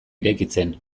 irekitzen